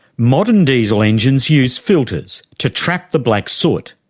modern diesel engines use filters to trap the black soot,